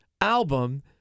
album